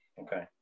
Okay